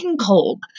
cold